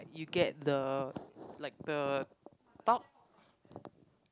like you get the like the ddeok